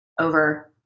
over